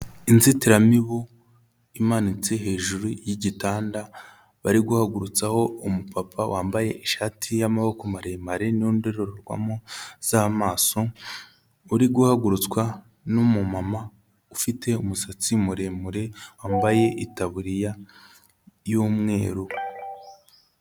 Inzitiramibu imanitse hejuru y'igitanda, bari guhagurutsaho umupapa wambaye ishati y'amaboko maremare, n'i ndorerwamo z'amaso, uri guhagurutswa n'umumama ufite umusatsi muremure wambaye itaburiya y'umweru.